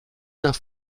nach